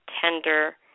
tender